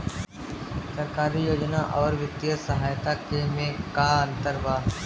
सरकारी योजना आउर वित्तीय सहायता के में का अंतर बा?